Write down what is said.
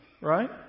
Right